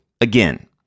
again